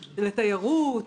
לתיירות,